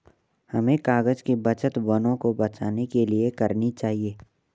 हमें कागज़ की बचत वनों को बचाने के लिए करनी चाहिए